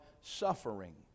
suffering